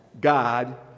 God